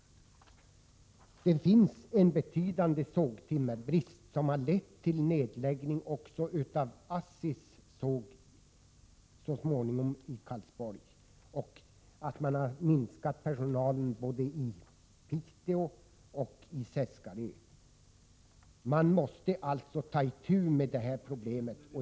Det finns en betydande brist på sågtimmer som bl.a. har lett till en nedläggning av ASSI:s såg i Karlsborg. Personalen har minskats både i Piteå och i Seskarö. Vi måste alltså ta itu med detta problem.